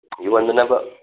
ꯌꯣꯟꯅꯅꯕ